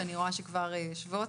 שאני רואה שכבר יושבות,